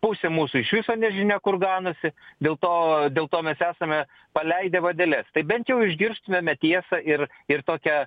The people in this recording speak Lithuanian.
pusė mūsų iš viso nežinia kur ganosi dėl to dėl to mes esame paleidę vadeles tai bent jau išgirstumėme tiesą ir ir tokią